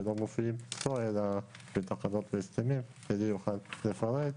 שלא מופעים פה אלא בתקנות והסכמים, עלי יוכל לפרט.